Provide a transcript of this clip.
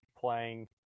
playing